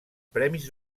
premis